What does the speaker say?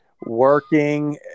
working